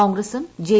കോൺഗ്രസും ജെ